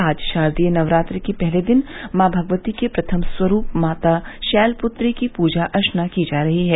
आज शारदीय नवरात्र के पहले दिन मॉ भगवती के प्रथम स्वरूप माता शैलप्त्री की पूजा अर्चना की जा रही है